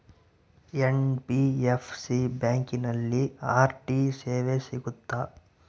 NBFC ಬ್ಯಾಂಕಿನಲ್ಲಿ RD ಸೇವೆ ಇರುತ್ತಾ?